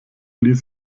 ließ